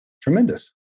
Tremendous